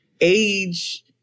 Age